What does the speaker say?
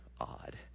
odd